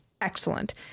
excellent